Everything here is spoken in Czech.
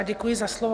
Děkuji za slovo.